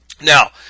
Now